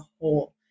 whole